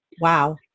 Wow